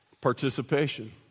Participation